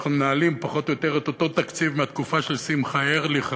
אנחנו מנהלים פחות או יותר את אותו תקציב מהתקופה של שמחה ארליך,